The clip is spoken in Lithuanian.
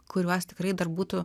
kuriuos tikrai dar būtų